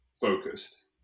focused